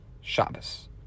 Shabbos